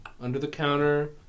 under-the-counter